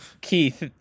Keith